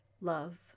Love